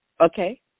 Okay